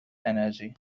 energy